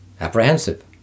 apprehensive